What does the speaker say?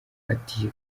ati